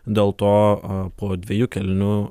dėl to po dviejų kėlinių